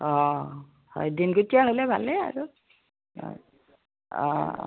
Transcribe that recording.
অঁ হয় দিনকটীয়া হ'লে ভালেই আৰু অঁ অ